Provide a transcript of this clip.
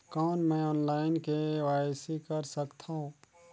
कौन मैं online KYC कर सकथव?